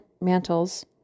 mantles